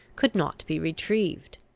could not be retrieved.